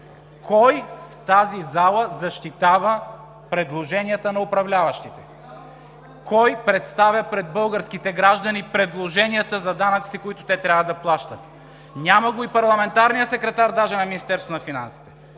Кой в тази зала защитава предложенията на управляващите? Кой представя пред българските граждани предложенията за данъците, които те трябва да плащат? Няма го даже и парламентарния секретар на Министерството на финансите.